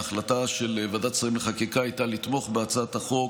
ההחלטה של ועדת שרים לחקיקה הייתה לתמוך בהצעת החוק